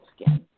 skin